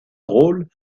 drôles